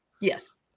Yes